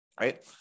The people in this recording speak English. right